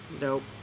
Nope